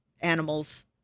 animals